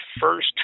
first